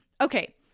Okay